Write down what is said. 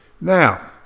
Now